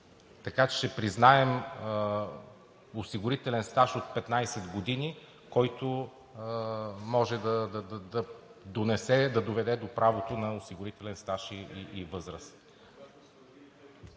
Така че ще признаем осигурителен стаж от 15 години, който може да доведе до правото на осигурителен стаж и възраст.